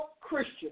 Christian